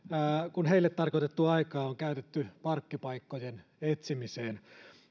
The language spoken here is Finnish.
kun heille tarkoitettua aikaa on käytetty parkkipaikkojen etsimiseen